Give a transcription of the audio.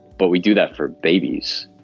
but we do that for babies.